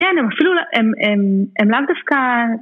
‫כן, הם אפילו... ‫הם לאו דווקא...